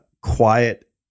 quiet